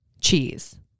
cheese